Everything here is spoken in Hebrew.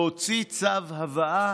להוציא צו הבאה.